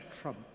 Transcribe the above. Trump